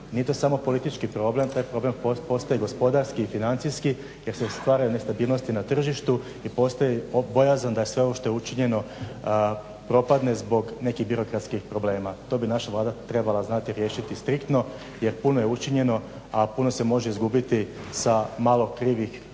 Nije to samo politički problem, taj problem postaje i gospodarski i financijski jer se stvaraju nestabilnosti na tržištu i postoji bojazan da sve ovo što je učinjeno propadne zbog nekih birokratskih problema. To bi naša Vlada trebala znati riješiti striktno jer puno je učinjeno, a puno se može izgubiti sa malo krivih koraka